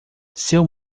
seu